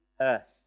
earth